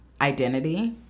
identity